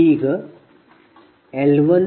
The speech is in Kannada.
ಈಗdC1dPg10